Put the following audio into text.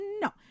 No